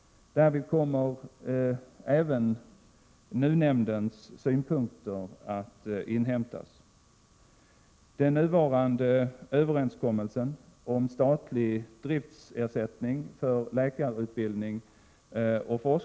Därvid kommer även NUU-nämndens synpunkter att inhämtas.